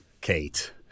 Kate